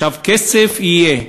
כסף יהיה,